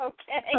Okay